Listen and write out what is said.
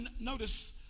notice